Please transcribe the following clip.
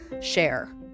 share